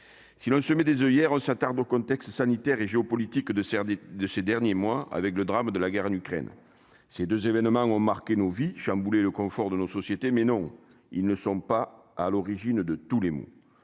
si l'on se met des oeillères s'attarde au contexte sanitaire et géopolitique de serre des de ces derniers mois avec le drame de la guerre en Ukraine ces 2 événements ont marqué nos vies chamboulées le confort de nos sociétés, mais non, ils ne sont pas à l'origine de tous les maux,